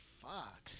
fuck